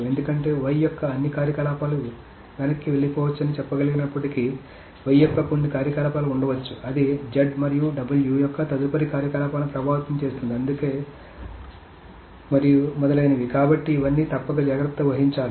ఎందుకంటే y యొక్క అన్ని కార్యకలాపాలు వెనక్కి వెళ్లకపోవచ్చని చెప్పగలిగినప్పటికీ y యొక్క కొన్ని కార్యకలాపాలు ఉండవచ్చు అది z మరియు w యొక్క తదుపరి కార్యకలాపాలను ప్రభావితం చేస్తుంది మరియు అందువలన మరియు మొదలైనవి కాబట్టి ఇవన్నీ తప్పక జాగ్రత్త వహించాలి